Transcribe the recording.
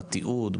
בתיעוד,